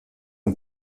aux